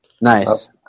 Nice